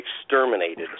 exterminated